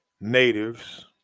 natives